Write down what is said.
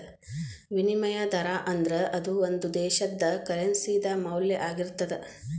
ವಿನಿಮಯ ದರಾ ಅಂದ್ರ ಅದು ಒಂದು ದೇಶದ್ದ ಕರೆನ್ಸಿ ದ ಮೌಲ್ಯ ಆಗಿರ್ತದ